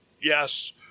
Yes